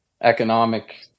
economic